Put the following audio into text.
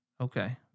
Okay